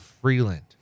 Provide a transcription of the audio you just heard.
Freeland